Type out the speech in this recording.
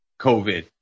COVID